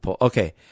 Okay